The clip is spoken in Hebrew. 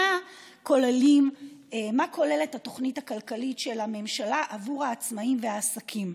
מה כוללת התוכנית הכלכלית של הממשלה עבור העצמאים והעסקים?